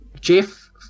Jeff